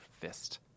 fist